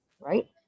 right